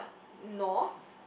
north